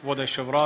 כבוד היושב-ראש,